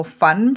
fun